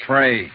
Pray